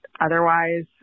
otherwise